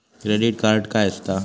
Credit card काय असता?